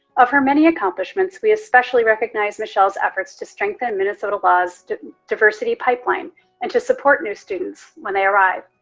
of her many accomplishments, we especially recognize michelle's efforts to strengthen minnesota law's diversity pipeline and to support new students when they arrive.